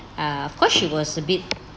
uh of cause she was a bit